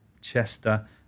Chester